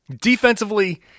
Defensively